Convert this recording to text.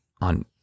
on